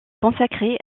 consacrés